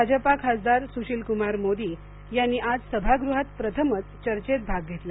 भाजपा खासदार सुशील कुमार मोदी यांनी आज सभागृहात प्रथमच चर्चेत भाग घेतला